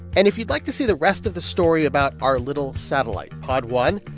and if you'd like to see the rest of the story about our little satellite, pod one,